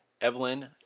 Evelyn